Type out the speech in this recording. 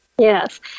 Yes